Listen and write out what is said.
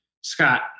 Scott